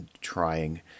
trying